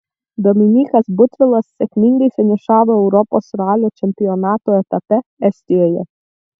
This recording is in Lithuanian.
dominykas butvilas sėkmingai finišavo europos ralio čempionato etape estijoje